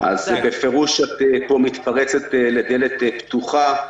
בפירוש את מתפרצת פה לדלת פתוחה.